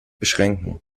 beschränken